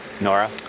Nora